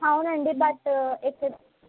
అవునండి బట్ ఇక్కడ